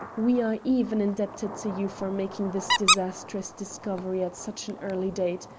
we are even indebted to you for making this disastrous discovery at such an early date.